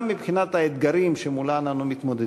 גם מבחינת האתגרים שמולם מתמודדים.